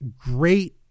great